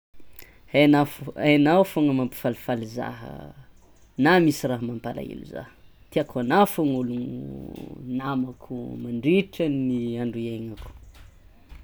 Egna aignao fôgna mampifalifaly zah na misy raha mampalaelo zah tiako anao fôgna olo namako mandritra ny andro hiainako.